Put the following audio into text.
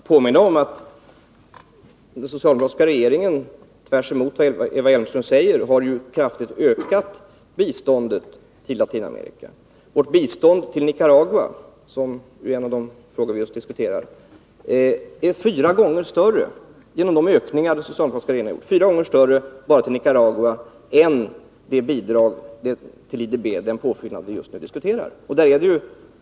Fru talman! Låt mig påminna om att den socialdemokratiska regeringen tvärtemot vad Eva Hjelmström säger kraftigt ökat biståndet till Latinamerika. Vårt bistånd bara till Nicaragua — det är ju en av de frågor vi nu diskuterar — är genom de ökningar den socialdemokratiska regeringen åstadkommit fyra gånger större än den påfyllnad till IDB som vi just nu diskuterar.